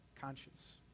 conscience